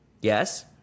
yes